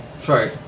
sorry